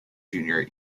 junior